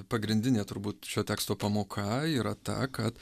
pagrindinė turbūt šio teksto pamoka yra ta kad